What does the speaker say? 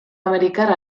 amerikar